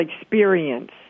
experience